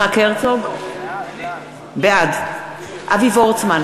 בעד אבי וורצמן,